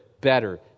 better